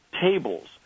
tables